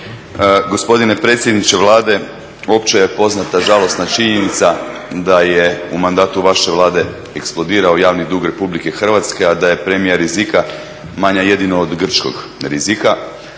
Gospodine predsjedniče Vlade, opće je poznata žalosna činjenica da je u mandatu vaše Vlade eksplodirao javni dug Republike Hrvatske, a da je premija rizika manja jedino od grčkog rizika,